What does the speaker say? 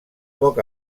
poc